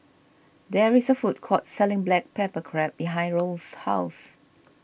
there is a food court selling Black Pepper Crab behind Raul's house